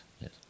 yes